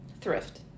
thrift